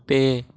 ᱯᱮ